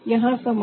अतः कुछ उदाहरण